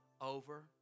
over